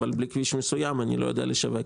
אבל בכביש מסוים אני לא יודע לשווק.